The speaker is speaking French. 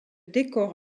décor